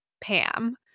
Pam